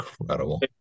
incredible